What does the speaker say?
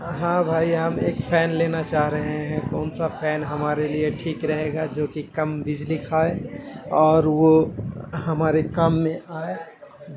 ہاں بھائی ہم ایک فین لینا چاہ رہے ہیں کون سا فین ہمارے لیے ٹھیک رہے گا جو کہ کم بجلی کھائے اور وہ ہمارے کام میں آئے